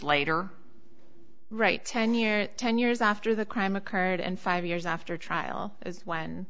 later right ten years ten years after the crime occurred and five years after trial when